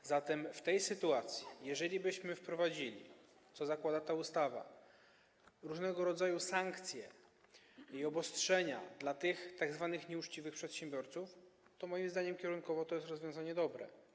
A zatem w tej sytuacji, jeżeli byśmy wprowadzili to, co zakłada ta ustawa, różnego rodzaju sankcje i obostrzenia dla tych tzw. nieuczciwych przedsiębiorców, to, moim zdaniem, kierunkowo to jest rozwiązanie dobre.